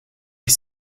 est